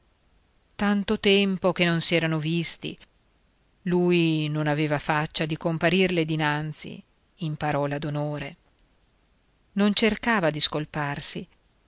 lontano tanto tempo che non s'erano visti lui non aveva faccia di comparirle dinanzi in parola d'onore non cercava di scolparsi